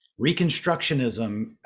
Reconstructionism